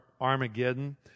Armageddon